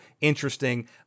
interesting